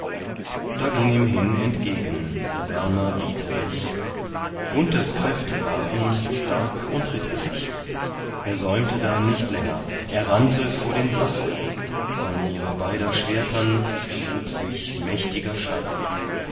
da ging ihm hin entgegen der berner dieterich gunthers kräfte waren stark und ritterlich er säumte da nicht länger er rannte vor den saal von ihrer beider schwertern erhob sich mächtiger schall